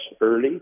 early